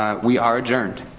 um we are adjourned.